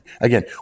Again